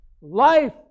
Life